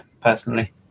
personally